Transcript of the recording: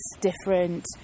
different